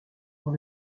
dans